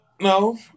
no